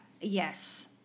yes